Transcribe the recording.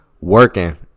working